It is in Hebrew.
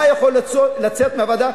מה יכול לצאת מהוועדה?